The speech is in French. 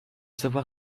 savoir